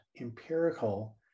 empirical